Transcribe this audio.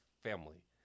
family